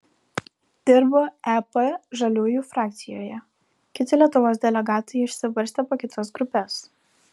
dirbu ep žaliųjų frakcijoje kiti lietuvos delegatai išsibarstę po kitas grupes